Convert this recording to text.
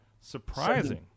Surprising